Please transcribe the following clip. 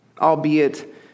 albeit